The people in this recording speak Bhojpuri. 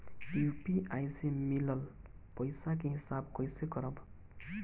यू.पी.आई से मिलल पईसा के हिसाब कइसे करब?